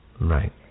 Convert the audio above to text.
Right